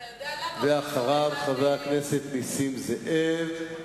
ואחריו, חבר הכנסת נסים זאב.